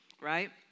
right